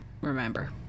remember